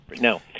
No